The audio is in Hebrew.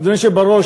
אדוני היושב בראש,